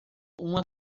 uma